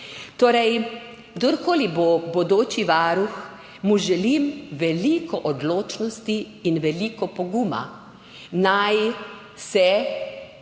Torej, kdorkoli bo bodoči varuh, mu želim veliko odločnosti in veliko poguma. Naj se